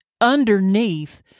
underneath